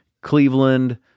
Cleveland